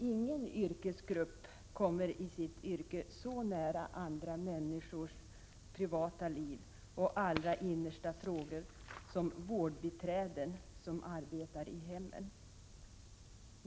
Ingen yrkesgrupp kommer i sitt yrke så nära andra människors privata liv och allra innersta frågor som vårdbiträden som arbetar i hemmen.